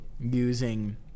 using